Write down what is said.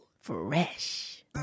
Fresh